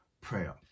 prayer